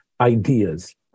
ideas